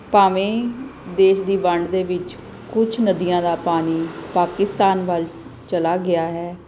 ਭਾਵੇਂ ਦੇਸ਼ ਦੀ ਵੰਡ ਦੇ ਵਿੱਚ ਕੁਛ ਨਦੀਆਂ ਦਾ ਪਾਣੀ ਪਾਕਿਸਤਾਨ ਵੱਲ ਚਲਾ ਗਿਆ ਹੈ